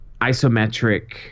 isometric